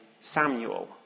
Samuel